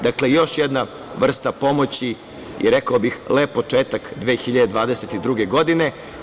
Dakle, još jedna vrsta pomoći i rekao bih, lep početak 2022. godine.